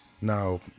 Now